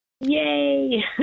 Yay